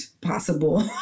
possible